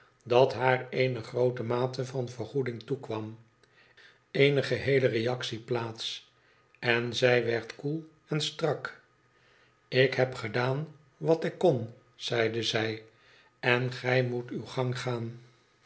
dat haar eene groote mate van vergoeding toekwam eene geheele reactie plaats n zij werd koel en strak ik heb gedaan wat ik kon zeide zij en gij moet uw gang gaan